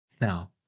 now